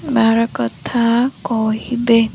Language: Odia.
ବାର କଥା କହିବେ